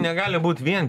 negali būt vien